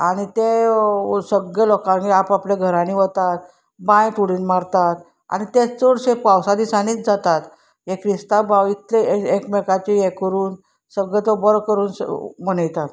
आनी ते सगळे लोकांक आपआपले घरांनी वतात बांयंत उडी मारतात आनी ते चडशे पावसा दिसांनीच जातात हे क्रिस्तांव भाव इतले एकमेकाचे हें करून सगळे तो बरो करून मनयतात